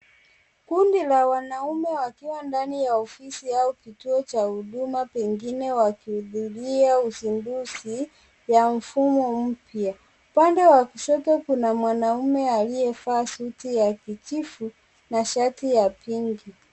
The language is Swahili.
Kundi la wanaume wakiwa ndani ya ofisi au kituo cha huduma, pengine wakihudhiria uzinduzi ya mfumo mpya. Upande wa kushoto, kuna mwanaume aliyevaa suti ya kijivu na shati ya pinki.